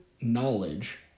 knowledge